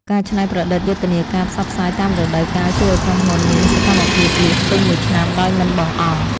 ការច្នៃប្រឌិតយុទ្ធនាការផ្សព្វផ្សាយតាមរដូវកាលជួយឱ្យក្រុមហ៊ុនមានសកម្មភាពលក់ពេញមួយឆ្នាំដោយមិនបង្អង់។